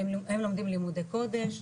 הם לומדים לימודי קודש,